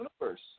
universe